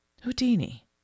Houdini